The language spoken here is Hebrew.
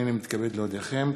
הנני מתכבד להודיעכם,